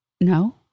No